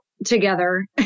together